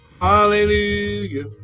Hallelujah